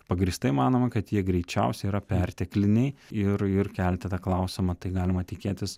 pagrįstai manome kad jie greičiausiai yra pertekliniai ir ir kelti tą klausimą tai galima tikėtis